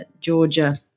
Georgia